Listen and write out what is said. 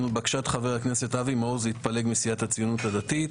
בקשת חבר הכנסת אבי מעוז להתפלג מסיעת "הציונות הדתית",